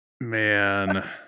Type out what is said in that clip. Man